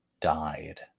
died